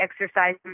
exercise